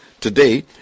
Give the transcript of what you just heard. Today